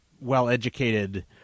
well-educated